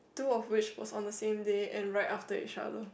two of which was on the same day and right after each other